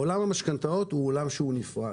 עולם המשכנתאות הוא נפרד.